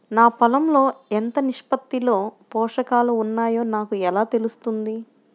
నా పొలం లో ఎంత నిష్పత్తిలో పోషకాలు వున్నాయో నాకు ఎలా తెలుస్తుంది?